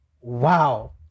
wow